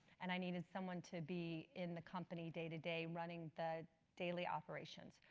and i needed someone to be in the company day-to-day running the daily operations.